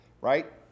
right